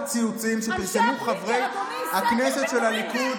הציוצים שפרסמו חברי הכנסת של הליכוד,